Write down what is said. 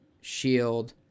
shield